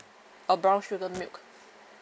uh brown sugar milk